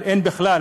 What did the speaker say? אבל אין בכלל.